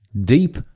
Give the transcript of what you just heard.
deep